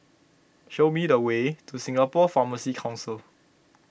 show me the way to Singapore Pharmacy Council